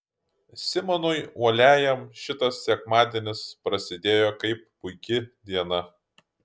simonui uoliajam šitas sekmadienis prasidėjo kaip puiki diena